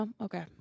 Okay